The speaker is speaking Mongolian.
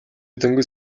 дөнгөж